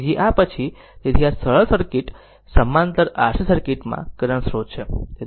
તેથી આ પછી તેથી આ સરળ સમાંતર RC સર્કિટ માં કરંટ સ્રોત છે